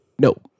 No